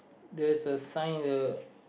there's a sign the